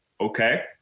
Okay